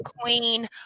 Queen